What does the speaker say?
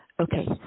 Okay